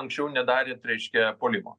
anksčiau nedarėt reiškia puolimo